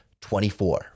24